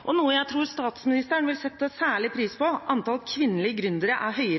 – noe jeg tror statsministeren vil sette særlig pris på – antall kvinnelige gründere er